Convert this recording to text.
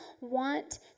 want